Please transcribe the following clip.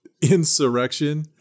insurrection